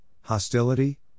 hostility